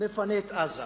מפנה את עזה,